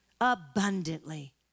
Abundantly